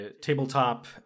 tabletop